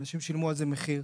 אנשים שילמו על זה מחיר,